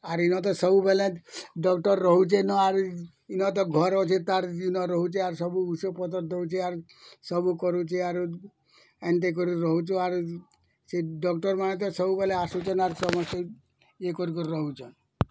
ଆର୍ ଇନ ତ ସବୁବେଲେ ଡକ୍ଟର୍ ରହୁଛେ ନ ଆର୍ ଇନ୍ ତ ଘର୍ ଅଛେ ତାର୍ ଇନ ରହୁଛେ ଆର୍ ସବୁ ଓଷୋ ପତର୍ ଦଉଛେ ଆର୍ ସବୁ କରୁଛେ ଆରୁ ଏନ୍ତି କରି ରହୁଛୁ ଆରୁ ସେ ଡକ୍ଟର୍ମାନେ ତ ସବୁବେଲେ ଅସୁଛନ୍ ଆର୍ ସମସ୍ତେ ଇଏ କରି କରି ରହୁଛନ୍